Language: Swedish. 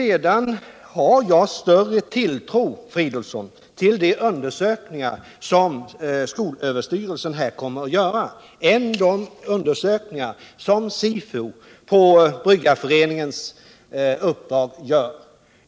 Jag har större tilltro, Filip Fridolfsson, till de undersökningar som skolöverstyrelsen kommer att göra än till de undersökningar som SIFO gör på Bryggareföreningens uppdrag.